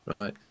right